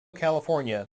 california